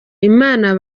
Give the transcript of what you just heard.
imana